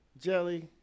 jelly